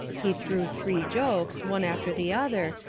he threw three jokes, one after the other,